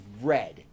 red